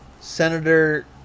Senator